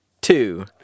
two